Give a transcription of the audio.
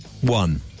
One